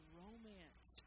romance